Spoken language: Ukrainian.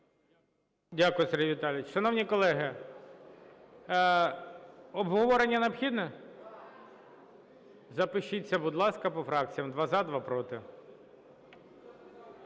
Дякую, Сергій Віталійович. Шановні колеги, обговорення необхідне? Запишіться, будь ласка, по фракціям: два – за, два – проти.